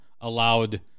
allowed